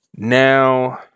Now